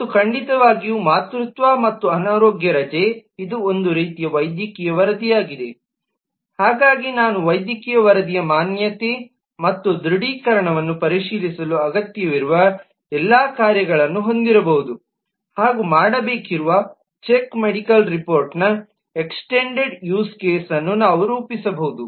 ಮತ್ತು ಖಂಡಿತವಾಗಿಯೂ ಮಾತೃತ್ವ ಮತ್ತು ಅನಾರೋಗ್ಯ ರಜೆ ಇದು ಒಂದು ರೀತಿಯ ವೈದ್ಯಕೀಯ ವರದಿಯಾಗಿದೆ ಹಾಗಾಗಿ ನಾನು ವೈದ್ಯಕೀಯ ವರದಿಯ ಮಾನ್ಯತೆ ಮತ್ತು ದೃಢೀಕರಣವನ್ನು ಪರಿಶೀಲಿಸಲು ಅಗತ್ಯವಿರುವ ಎಲ್ಲ ಕಾರ್ಯಗಳನ್ನು ಹೊಂದಿರಬಹುದು ಹಾಗು ಮಾಡಬೇಕಾಗಿರುವ ಚೆಕ್ ಮೆಡಿಕಲ್ ರಿಪೋರ್ಟ್ನ ಎಕ್ಸ್ಟೆಂಡೆಡ್ ಯೂಸ್ ಕೇಸ್ನ್ನು ನಾವು ರೂಪಿಸಬಹುದು